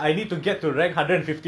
நீ:nee cold war cold